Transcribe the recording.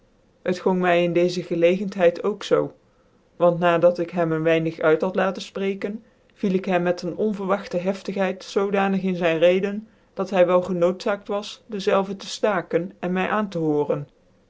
het gong my in deze gelcgcnthcid ook zoo want na dat ik hem een weinig uit had laten fprecken viel ik hem met een onverwagte haaftighcid zoodanig in zijn reden dat hy wel genoodzaakt was dezelve tc ftaken en my aan tc